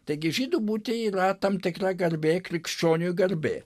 taigi žydu būti yra tam tikra garbė krikščioniui garbė